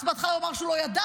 בהתחלה הוא אמר שהוא לא ידע,